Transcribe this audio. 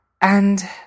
and